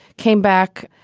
came back,